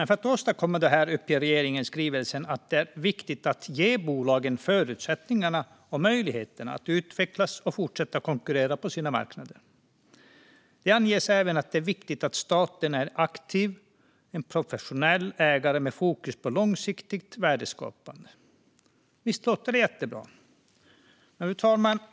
För att åstadkomma detta uppger regeringen i skrivelsen att det är viktigt att ge bolagen förutsättningar och möjligheter att utvecklas och fortsätta att konkurrera på sina marknader. Det anges även att det är viktigt att staten är en aktiv, professionell ägare med fokus på långsiktigt värdeskapande. Visst låter det jättebra? Fru talman!